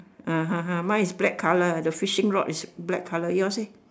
ah ha ha mine is black colour the fishing rod is black colour yours eh